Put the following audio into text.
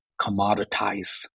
commoditize